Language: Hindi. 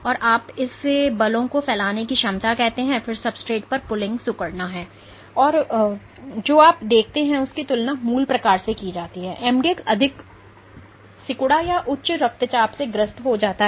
तो आप इसे बलों को फैलाने की क्षमता कहते हैं फिर सब्सट्रेट पर पूलिंग सिकुड़ना है और जो आप देखते हैं उसकी तुलना मूल प्रकार से की जाती है mdx अधिक सिकुड़ा या उच्च रक्तचाप से ग्रस्त हो जाता है